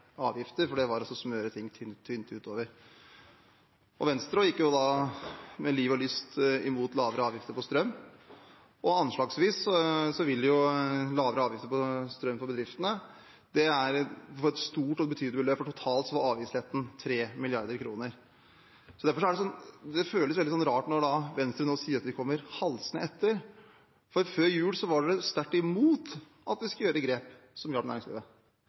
avgifter, for det var altså å smøre ting tynt utover. Også Venstre gikk med liv og lyst imot lavere avgifter på strøm. Lavere avgifter på strøm innebærer et stort og betydelig beløp for bedriftene – totalt var avgiftsletten på 3 mrd. kr. Derfor føles det veldig rart når Venstre nå sier at vi kommer halsende etter, for før jul var de sterkt imot at vi skulle gjøre grep som hjalp næringslivet.